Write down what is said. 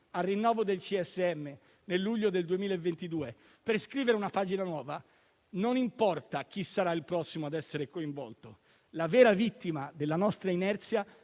al rinnovo del CSM nel luglio del 2022 per scrivere una pagina nuova, non importa chi sarà il prossimo a essere coinvolto: le vere vittime della nostra inerzia